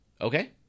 Okay